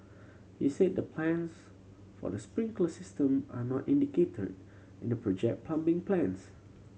he said the plans for the sprinkler system are not indicated in the project plumbing plans